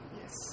Yes